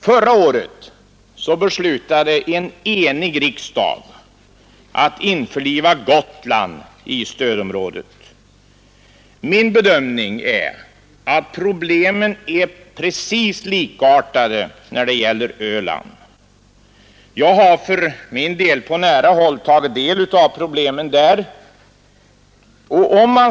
Förra året beslutade en enhällig riksdag att införliva Gotland i stödområdet. Min bedömning är att problemen är likartade på Öland. För min del har jag där på nära håll tagit del av problemen.